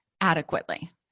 adequately